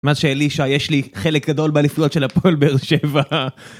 מאז שאלישע יש לי חלק גדול באליפויות של הפועל באר שבע